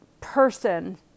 person